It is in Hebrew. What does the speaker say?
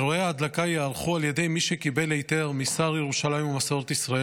אירועי ההדלקה ייערכו על ידי מי שקיבל היתר משר ירושלים ומסורת ישראל,